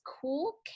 cool